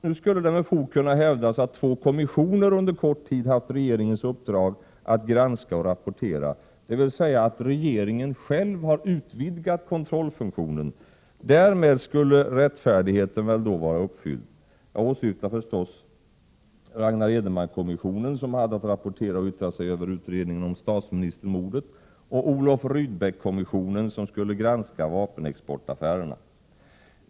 Nu skulle det med fog kunna hävdas att två kommissioner under kort tid haft regeringens uppdrag att granska och rapportera, dvs. att regeringen själv har utvidgat kontrollfunktionen. Därmed skulle rättfärdigheten väl vara uppfylld. Jag syftar på Edenmankommissionen, som hade att rapportera och yttra sig över utredningen om statsministermordet, och Rydbeckkommissionen som skulle granska vapenexportaffärerna.